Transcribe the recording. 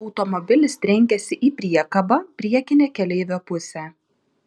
automobilis trenkėsi į priekabą priekine keleivio puse